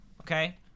okay